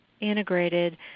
integrated